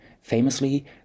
Famously